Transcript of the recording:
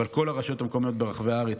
אבל כל הרשויות המקומיות ברחבי הארץ